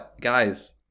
guys